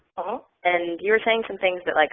and you were saying some things that, like,